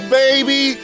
baby